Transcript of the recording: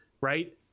right